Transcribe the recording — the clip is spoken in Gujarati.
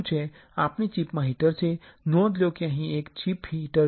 આપણી ચિપમાં હીટર છે નોધ લ્યો કે અહીં એક ચીપ chip પાસે હીટર છે